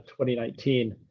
2019